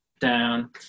down